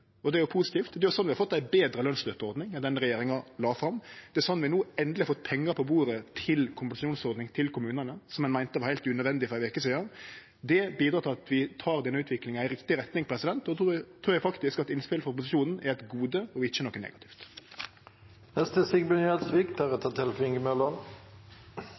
Det er positivt. Det er slik vi har fått ei betre lønsstøtteordning enn den regjeringa la fram. Det er slik vi no endeleg har fått pengar på bordet til ei kompensasjonsordning til kommunane, som ein meinte var heilt unødvendig for ei veke sidan. Dette bidreg til at vi tek utviklinga i riktig retning, og då trur eg faktisk at innspel frå opposisjonen er eit gode og ikkje noko negativt.